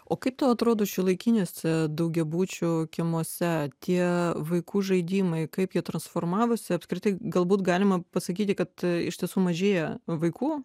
o kaip tau atrodo šiuolaikiniuose daugiabučių kiemuose tie vaikų žaidimai kaip jie transformavosi apskritai galbūt galima pasakyti kad iš tiesų mažėja vaikų